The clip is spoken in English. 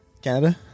Canada